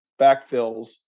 backfills